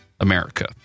America